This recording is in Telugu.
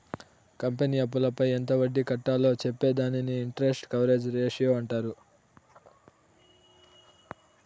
కంపెనీ అప్పులపై ఎంత వడ్డీ కట్టాలో చెప్పే దానిని ఇంటరెస్ట్ కవరేజ్ రేషియో అంటారు